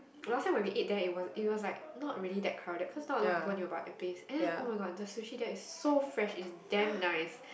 last time when we ate there it was it was like not that crowded cause now a lot of people knew about that place and then [oh]-my-god the sushi there is so fresh it damn nice